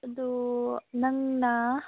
ꯑꯗꯣ ꯅꯪꯅ